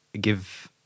give